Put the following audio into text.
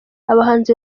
abahanzi